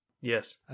Yes